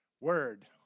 word